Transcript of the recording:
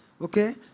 Okay